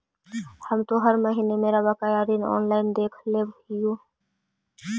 हम तो हर महीने मेरा बकाया ऋण ऑनलाइन देख लेव हियो